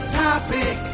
topic